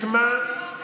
מרמה.